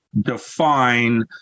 define